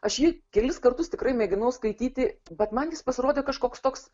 aš jį kelis kartus tikrai mėginau skaityti bet man jis pasirodė kažkoks toks